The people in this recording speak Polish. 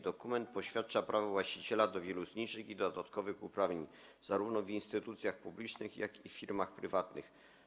Dokument poświadcza prawo właściciela do wielu zniżek i do dodatkowych uprawnień zarówno w instytucjach publicznych, jak i w firmach prywatnych.